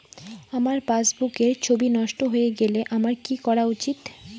আমার পাসবুকের ছবি নষ্ট হয়ে গেলে আমার কী করা উচিৎ?